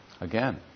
Again